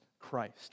Christ